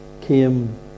came